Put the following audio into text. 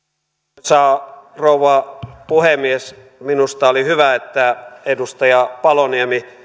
arvoisa rouva puhemies minusta oli hyvä että edustaja paloniemi